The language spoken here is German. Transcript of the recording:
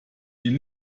ihn